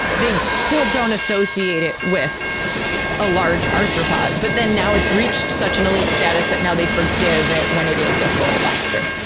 they still don't associate it with a large arthropod. but now it's reached such an elite status that now they forgive it when it is a full lobster.